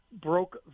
broke